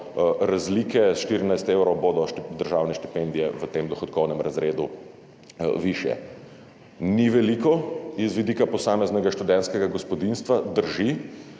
razlike, 14 evrov bodo državne štipendije v tem dohodkovnem razredu višje. Ni veliko z vidika posameznega študentskega gospodinjstva, drži,